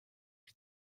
die